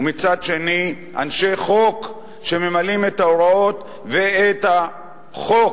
ומצד שני אנשי חוק שממלאים את ההוראות ואת החוק,